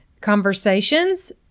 conversations